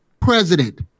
President